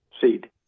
seed